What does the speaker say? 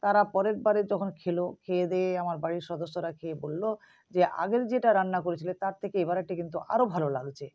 তারা পরের বারে যখন খেলো খেয়ে দেয়ে আমার বাড়ির সদস্যরা খেয়ে বলল যে আগের যেটা রান্না করেছিলে তার থেকে এবারেরটা কিন্তু আরও ভালো লাগছে